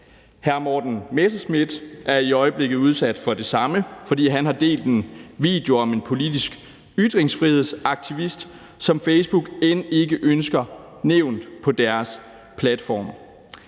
Hr. Morten Messerschmidt er i øjeblikket udsat for det samme, fordi han har delt en video om en politisk ytringsfrihedsaktivist, som Facebook end ikke ønsker nævnt på deres platforme